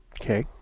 Okay